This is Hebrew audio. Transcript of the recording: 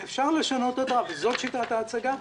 זאת שיטת ההצגה.